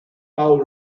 paul